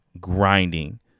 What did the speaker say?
grinding